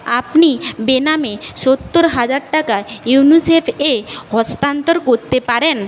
আপনি বেনামে সত্তর হাজার টাকা ইউনিসেফে হস্তান্তর করতে পারেন